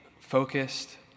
focused